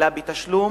אלא בתשלום